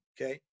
Okay